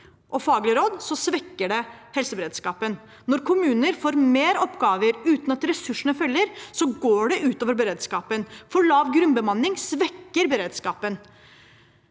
og faglige råd, svekker det helseberedskapen. Når kommuner får flere oppgaver uten at ressursene følger, går det ut over beredskapen. For lav grunnbemanning svekker beredskapen.